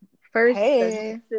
first